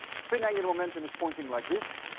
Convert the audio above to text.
spin angular momentum is pointing like this,